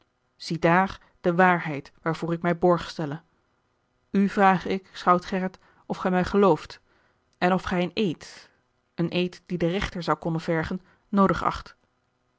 ziedaar de waarheid waarvoor ik mij borg stelle u vrage ik schout gerrit of gij mij gelooft en of gij een eed een eed dien de rechter zou konnen vergen noodig acht